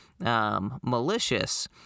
Malicious